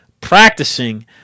practicing